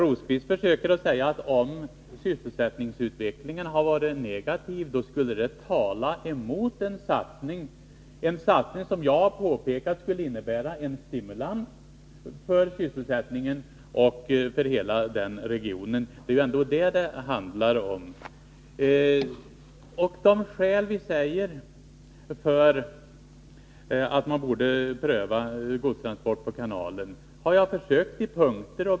Om sysselsättningsutvecklingen har varit negativ, säger Birger Rosqvist, skulle det tala emot en satsning — en satsning som jag har påpekat skulle innebära en stimulans för sysselsättningen och för hela regionen. Det är ändå vad det handlar om. Jag har försökt att i olika punkter ange de skäl som vi anser finns för att pröva godstransport på kanalen.